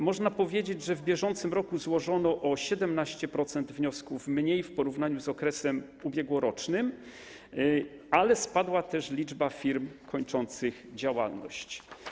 Można powiedzieć, że w bieżącym roku złożono o 17% wniosków mniej w porównaniu z okresem ubiegłorocznym, ale spadła też liczba firm kończących działalność.